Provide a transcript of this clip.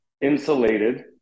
insulated